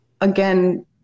again